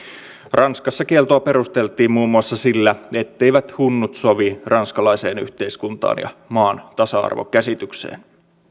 ranskassa kieltoa perusteltiin muun muassa sillä etteivät hunnut sovi ranskalaiseen yhteiskuntaan ja maan tasa arvokäsitykseen